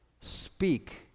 Speak